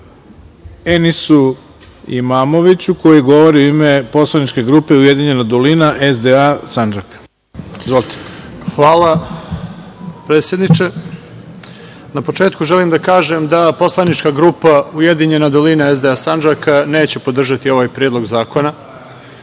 Enisu Imamoviću, koji govori u ime poslaničke grupe Ujedinjena dolina - SDA Sandžaka. Izvolite. **Enis Imamović** Hvala, predsedniče. Na početku želim da kažem da poslaničke grupa Ujedinjena dolina - SDA Sandžaka neće podržati ovaj predlog zakona.I